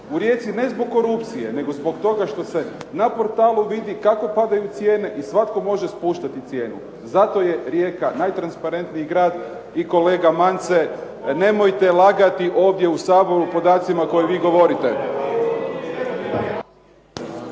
U Rijeci ne zbog korupcije nego zbog toga što se na portalu vidi kako padaju cijene i svatko može spuštati cijenu. Zato je Rijeka najtransparentniji grad i kolega Mance nemojte lagati ovdje u Saboru podacima o kojim vi govorite.